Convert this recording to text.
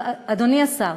אדוני השר,